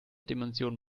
dimension